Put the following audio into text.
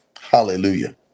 Hallelujah